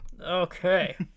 okay